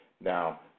Now